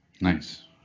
Nice